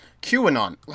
Q-Anon